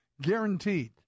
Guaranteed